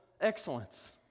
excellence